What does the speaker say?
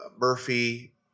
Murphy